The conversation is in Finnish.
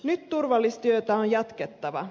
nyt turvallisuustyötä on jatkettava